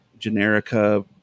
generica